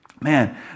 Man